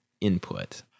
input